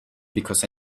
because